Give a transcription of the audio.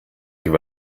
give